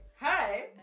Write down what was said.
hi